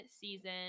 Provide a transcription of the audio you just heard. season